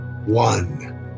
one